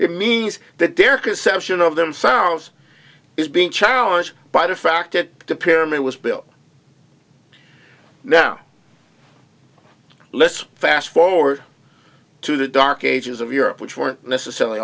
it means that their conception of them sounds is being challenged by the fact that the pyramid was built now let's fast forward to the dark ages of europe which weren't necessarily